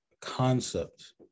concept